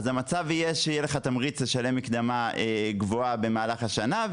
המצב יהיה כזה שבו יהיה לך תמריץ לשלם מקדמה גבוהה במהלך השנה,